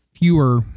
Fewer